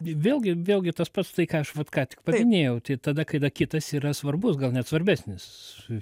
vėlgi vėlgi tas pats tai ką aš vat ką tik paminėjau tai tada kada kitas yra svarbus gal net svarbesnis